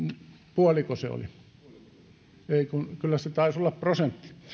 puoliko se oli ei kun kyllä se taisi olla prosentti